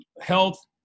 health